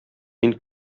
мин